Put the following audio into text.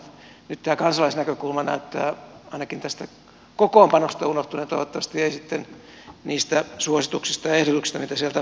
nyt tämä kansalaisnäkökulma näyttää ainakin tästä kokoonpanosta unohtuneen toivottavasti ei sitten niistä suosituksista ja ehdotuksista mitä sieltä aikanaan tulee